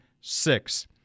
six